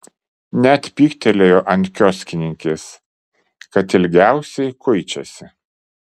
net pyktelėjo ant kioskininkės kad ilgiausiai kuičiasi